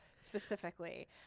specifically